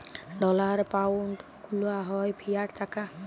dollar, pound গুলা হ্যয় fiat টাকা